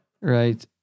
right